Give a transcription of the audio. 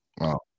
Wow